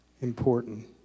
important